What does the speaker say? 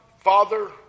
Father